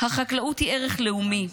היא ערך לאומי.